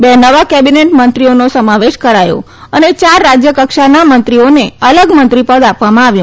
બે નવા કેબિનેટ મંત્રીઓનો સમાવેશ કરાયો અને યાર રાજ્ય કક્ષાના મંત્રીઓને અલગ મંત્રી પદ આપવામાં આવ્યું